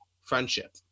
friendship